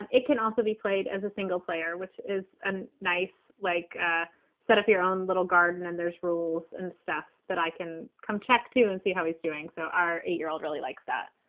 it can also be played as a single player, which is and nice, like ah set up your own little garden and there's rules and stuff that i can come check to and see how he's doing. so our eight year old really likes that